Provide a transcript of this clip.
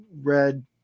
read